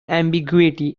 ambiguity